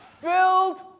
filled